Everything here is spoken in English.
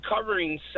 covering